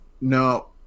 No